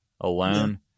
alone